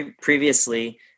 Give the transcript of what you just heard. previously